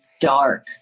dark